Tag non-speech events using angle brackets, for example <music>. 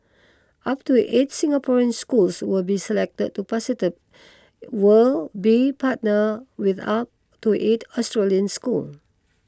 up to eight Singaporean schools will be selected to <unintelligible> will be partnered with up to eight Australian schools